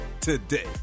today